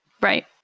Right